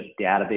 database